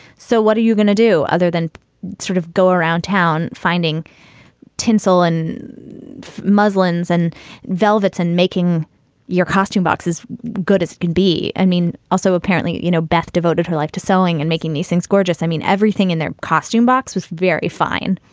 so what are you gonna do other than sort of go around town finding tinsel and muslins and velvets and making your costume boxes good as it can be? i mean, also, apparently, you know, beth devoted her life to selling and making these things gorgeous. i mean, everything in their costume box was very fine.